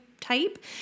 type